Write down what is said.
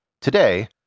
Today